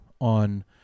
on